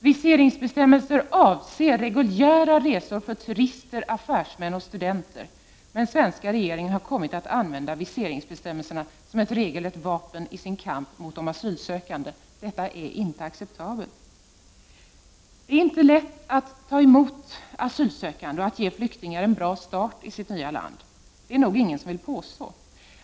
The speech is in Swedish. Viseringsbestämmelser avser reguljära resor för turister, affärsmän och studenter. Men den svenska regeringen har kommit att använda viseringsbestämmelserna som ett regelrätt vapen i sin kamp mot de asylsökande. Detta är inte acceptabelt! Det är inte lätt att ta emot asylsökande och att ge flyktingar en bra start i sitt nya hemland. Det är det nog inga som vill påstå.